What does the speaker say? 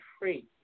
free